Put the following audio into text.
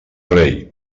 rei